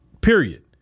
Period